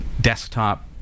desktop